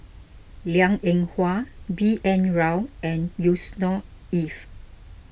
Liang Eng Hwa B N Rao and Yusnor Ef